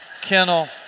kennel